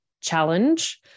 challenge